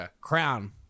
Crown